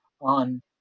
on